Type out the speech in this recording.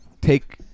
take